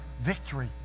victory